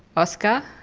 oskar,